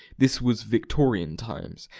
this was victorian times,